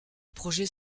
projet